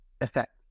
effect